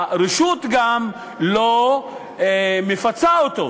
הרשות גם לא מפצה אותו.